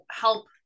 help